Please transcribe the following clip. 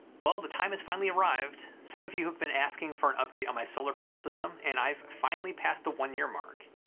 well, the time has finally arrived. some of you have been asking for an update on my solar panel system, and i've finally passed the one year mark.